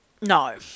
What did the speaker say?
No